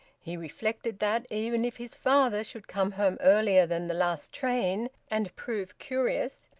he reflected that, even if his father should come home earlier than the last train and prove curious,